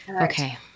Okay